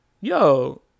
yo